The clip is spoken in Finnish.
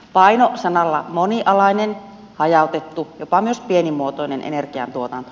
paino sanoilla monialainen hajautettu jopa myös pienimuotoinen energiantuotanto